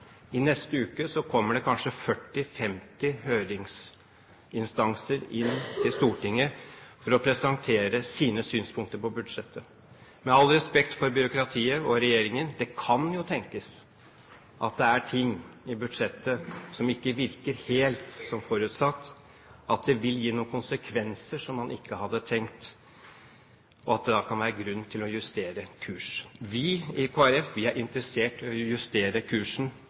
I neste uke kommer det kanskje 40–50 høringsinstanser inn til Stortinget for å presentere sine synspunkter på budsjettet. Med all respekt for byråkratiet og regjeringen: Det kan jo tenkes at det er ting i budsjettet som ikke virker helt som forutsatt, at det vil gi noen konsekvenser som man ikke hadde tenkt, og at det da kan være grunn til å justere kursen. Vi i Kristelig Folkeparti er interessert i å justere kursen